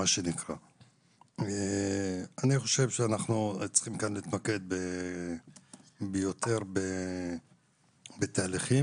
אני חושב שאנחנו צריכים להתמקד כאן יותר בתהליכים,